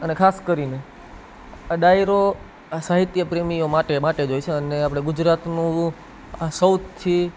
અને ખાસ કરીને આ ડાયરો આ સાહિત્ય પ્રેમીઓ માટે માટે જ હોય છે અને આપણે ગુજરાતનું આ સૌથી